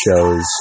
shows